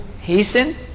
hasten